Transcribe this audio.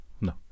No